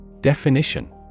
Definition